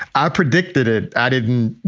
i predicted it. i didn't.